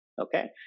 okay